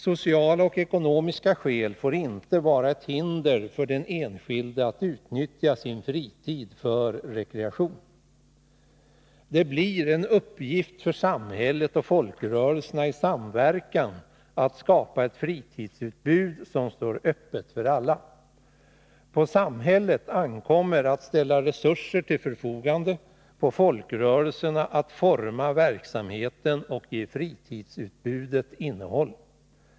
Sociala och ekonomiska skäl får inte vara ett hinder för den enskilde att utnyttja sin fritid för rekreation. Det blir en uppgift för samhället och folkrörelserna att i samverkan skapa ett fritidsutbud som står öppet för alla. På samhället ankommer det att ställa resurser till förfogande, på folkrörelserna att forma verksamheten och ge fritidsutbudet innehåll.